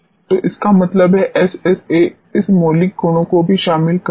तो इसका मतलब है एसएसए इस मौलिक गुणों को भी शामिल करेगा